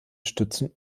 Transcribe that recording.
stützen